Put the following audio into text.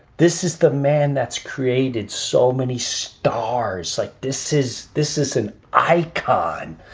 this is the man that's created so many stars like this is this is an icon.